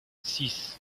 six